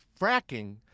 fracking